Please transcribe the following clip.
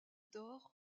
tore